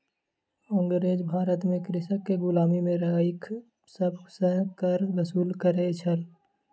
अँगरेज भारत में कृषक के गुलामी में राइख सभ सॅ कर वसूल करै छल